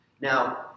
Now